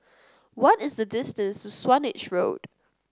what is the distance to Swanage Road